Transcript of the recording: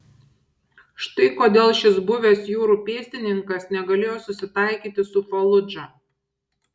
štai kodėl šis buvęs jūrų pėstininkas negalėjo susitaikyti su faludža